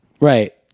Right